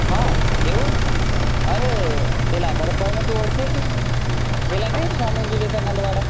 હં એવું અરે પેલા ભરતભાઈને તું ઓળખે છે પેલા નથી સ્વામી વિવેકાનંદવાળા